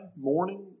morning